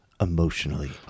emotionally